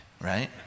right